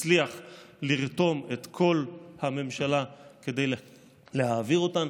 שנצליח לרתום את כל הממשלה כדי להעביר אותן.